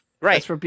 Right